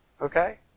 Okay